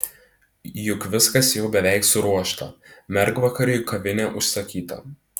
juk viskas jau beveik suruošta mergvakariui kavinė užsakyta